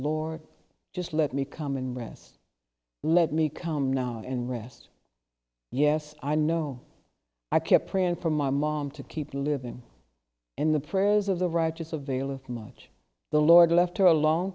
lord just let me come in rest let me come now and rest yes i know i kept praying for my mom to keep living in the prayers of the righteous avail of much the lord left her a long